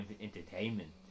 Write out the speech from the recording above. entertainment